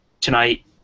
tonight